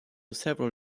several